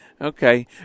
Okay